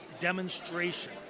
demonstration